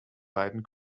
beiden